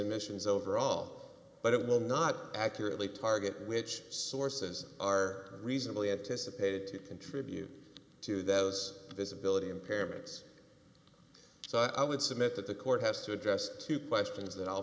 emissions overall but it will not accurately target which sources are reasonably anticipated to contribute to those visibility impairments so i would submit that the court has to address two questions that i'll